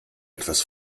etwas